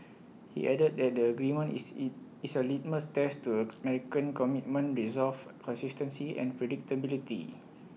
he added that the agreement is eat is A litmus test to American commitment resolve consistency and predictability